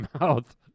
mouth